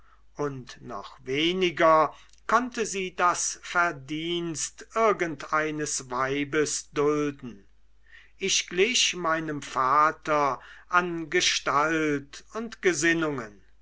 und noch weniger konnte sie das verdienst irgendeines weibes dulden ich glich meinem vater an gestalt und gesinnungen